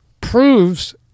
proves